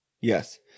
Yes